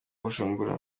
bujumbura